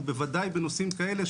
ובוודאי בנושאים האלה,